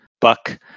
Buck